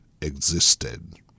existed